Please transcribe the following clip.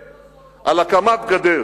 הגדר הזאת, פלסטיניים, על הקמת גדר